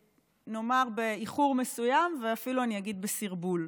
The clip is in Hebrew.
נאמר, באיחור מסוים, ואפילו אני אגיד בסרבול.